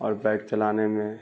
اور بائک چلانے میں